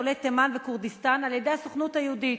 שם שיכנו את עולי תימן וכורדיסטן על-ידי הסוכנות היהודית,